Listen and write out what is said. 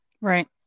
Right